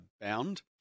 bound